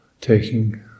taking